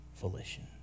volition